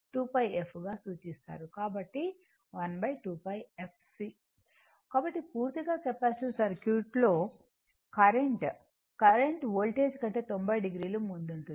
కాబట్టి 1 2πf C కాబట్టి పూర్తిగా కెపాసిటివ్ సర్క్యూట్లో కరెంట్వోల్టేజ్ కంటే 90 o ముందుంటుంది